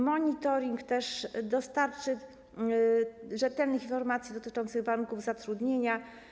Monitoring dostarczy rzetelnych informacji dotyczących warunków zatrudnienia.